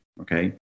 okay